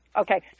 Okay